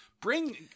Bring